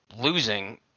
losing –